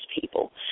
people